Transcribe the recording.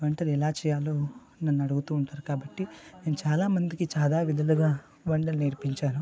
వంటలు ఎలా చేయాలో నన్ను అడుగుతు ఉంటారు కాబట్టి నేను చాలామందికి చాలా విధాలుగా వంటలు నేర్పించాను